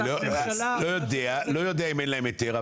לא יודע אם אין להם היתר,